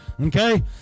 okay